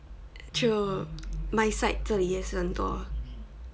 true my side 这里也是很多